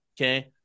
okay